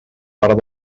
part